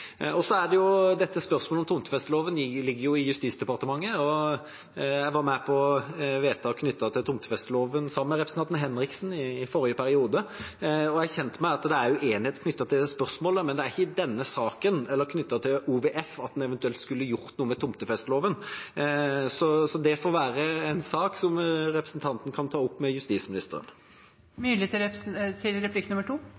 Spørsmålet om tomtefesteloven ligger i Justisdepartementet. Jeg var med på vedtak knyttet til tomtefesteloven, sammen med representanten Henriksen, i forrige periode, og er kjent med at det er uenighet knyttet til det spørsmålet. Men det er ikke i tilknytning til denne saken, eller til OVF, at vi eventuelt skulle ha gjort noe med tomtefesteloven. Det får være en sak som representanten kan ta opp med